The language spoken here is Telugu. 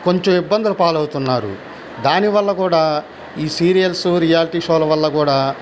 కొంచెం ఇబ్బందుల పాలవుతున్నారు దాని వల్ల కూడా ఈ సీరియల్స్ రియాల్టీ షోల వల్ల కూడా